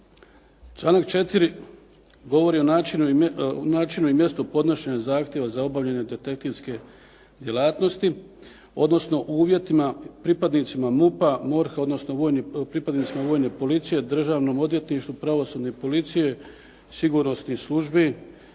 Članak 4. govori o načinu i mjestu podnošenja zahtjeva za obavljanje detektivske djelatnosti, odnosno o uvjetima, pripadnicima MUP-a, MORH-a odnosno pripadnicima Vojne policije, Državnom odvjetništvu, Pravosudne policije, sigurnosnih službi,